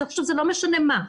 וזה לא משנה מה,